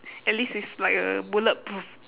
at least it's like uh bulletproof